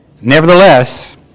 Nevertheless